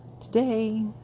Today